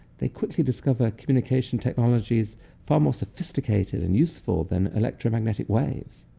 they quickly discover communication technologies far more sophisticated and useful than electromagnetic waves.